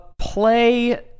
Play